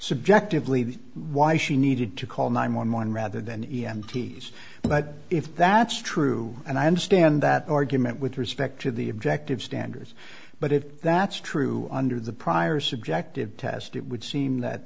subjectively the why she needed to call nine hundred and eleven rather than m t s but if that's true and i understand that argument with respect to the objective standards but if that's true under the prior subjective test it would seem that